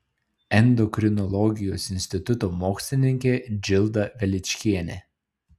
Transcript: endokrinologijos instituto mokslininkė džilda veličkienė